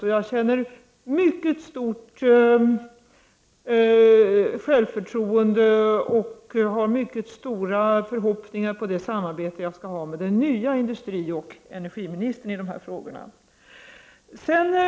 Jag känner mycket stort självförtroende och har mycket stora förhoppningar inför det samarbete jag skall ha med den nye industrioch energiministern i dessa frågor.